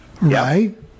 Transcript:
Right